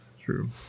True